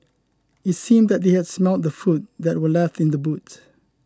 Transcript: it seemed that they had smelt the food that were left in the boot